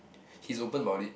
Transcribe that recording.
he's open about it